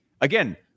again